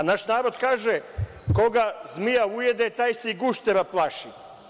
Naš narod kaže: „Koga zmija ujede, taj se i guštera plaši“